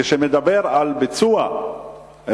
כשמדבר על ביצוע,